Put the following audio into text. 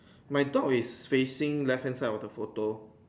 my dog is facing left hand side of the photo